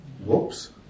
Whoops